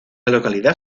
localidad